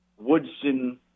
Woodson